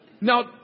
Now